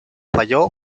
falló